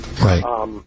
right